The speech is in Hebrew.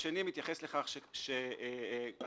השני מתייחס לכך שהתשלומים